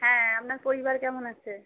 হ্যাঁ আপনার পরিবার কেমন আছে